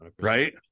right